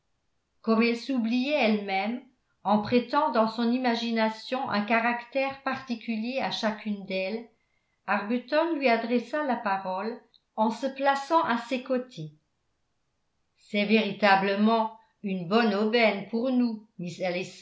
comme elle s'oubliait elle-même en prêtant dans son imagination un caractère particulier à chacune d'elles arbuton lui adressa la parole en se plaçant à ses côtés c'est véritablement une bonne aubaine pour nous